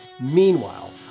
Meanwhile